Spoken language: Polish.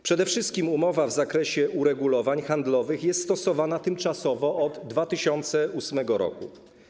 Przede wszystkim umowa w zakresie uregulowań handlowych jest stosowana tymczasowo od 2008 r.